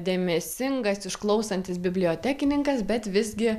dėmesingas išklausantis bibliotekininkas bet visgi